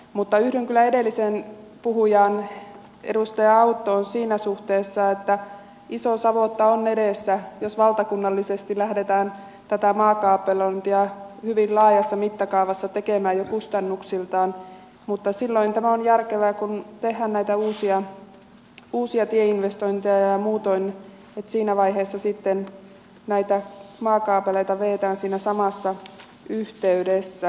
mutta yhdyn kyllä edelliseen puhujaan edustaja auttoon siinä suhteessa että iso savotta on edessä jos valtakunnallisesti lähdetään tätä maakaapelointia hyvin laajassa mittakaavassa tekemään jo kustannuksiltaan mutta silloin tämä on järkevää kun tehdään näitä uusia tieinvestointeja ja muutoin että siinä vaiheessa sitten näitä maakaapeleita vedetään siinä samassa yhteydessä